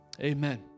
amen